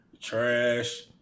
Trash